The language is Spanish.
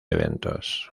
eventos